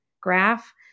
graph